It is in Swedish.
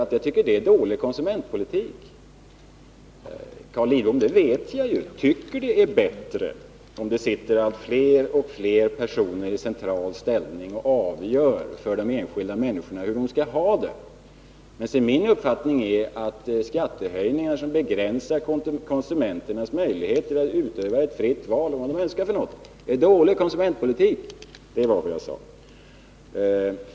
Jag tycker det är dålig konsumentpolitik. Jag vet att Carl Lidbom tycker att det är bra om det sitter allt fler personer i central ställning och avgör hur de enskilda människorna skall ha det. Men min uppfattning är den att skattehöjningar som begränsar konsumenternas möjligheter till ett fritt val är dålig konsumentpolitik.